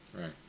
Right